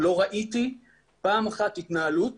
לא ראיתי פעם אחת התנהלות